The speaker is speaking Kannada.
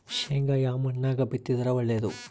ಶೇಂಗಾ ಯಾ ಮಣ್ಣಾಗ ಬಿತ್ತಿದರ ಒಳ್ಳೇದು?